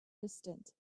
distant